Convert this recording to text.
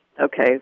okay